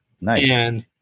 Nice